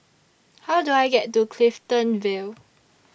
How Do I get to Clifton Vale